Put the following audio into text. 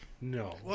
No